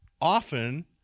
often